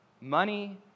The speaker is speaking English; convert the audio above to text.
money